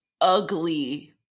ugly